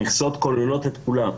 המכסות כוללות את כולם,